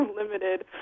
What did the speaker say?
limited